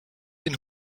den